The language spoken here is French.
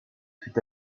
fut